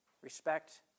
respect